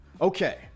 okay